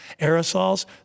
aerosols